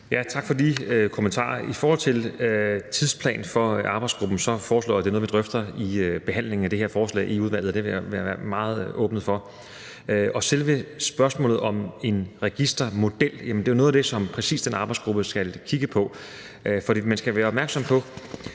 Tak for de kommentarer. I forhold til en tidsplan for arbejdsgruppen foreslår jeg, at det er noget, vi drøfter i forbindelse med behandlingen af det her forslag i udvalget, og det vil jeg være meget åben for. Hvad angår selve spørgsmålet om en registermodel, er det jo præcis noget af det, som den arbejdsgruppe skal kigge på. For man skal være opmærksom på,